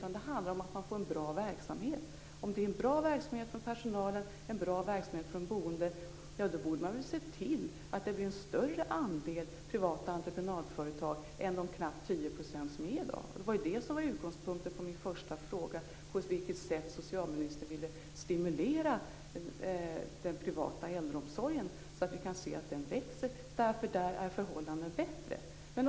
I stället handlar det om att få en bra verksamhet. Om det är en bra verksamhet för personalen och för de boende borde man väl se till att det blir en större andel privata entreprenadföretag än de knappa tio procenten som finns i dag. Utgångspunkten för min första fråga var just på vilket sätt socialministern vill stimulera den privata äldreomsorgen, så att vi kan se att den växer därför att förhållandena där är bättre.